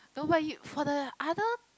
no but you for the other